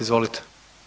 Izvolite.